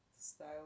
style